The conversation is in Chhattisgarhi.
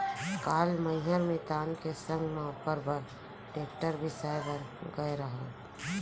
काल मैंहर मितान के संग म ओकर बर टेक्टर बिसाए बर गए रहव